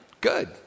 good